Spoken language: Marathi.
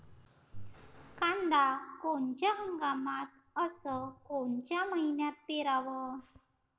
कांद्या कोनच्या हंगामात अस कोनच्या मईन्यात पेरावं?